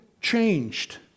changed